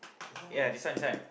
this one how